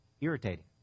irritating